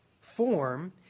form